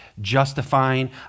justifying